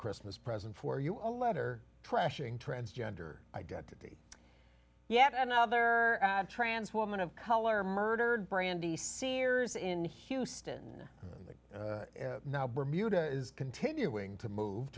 christmas present for you on letter trashing transgender identity yet another trans woman of color murdered brandy seers in houston in the now bermuda is continuing to move